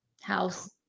house